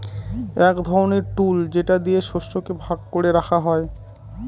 এক ধরনের টুল যেটা দিয়ে শস্যকে ভাগ করে রাখা হয়